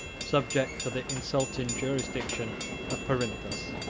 subject to the insulting jurisdiction of perinthus.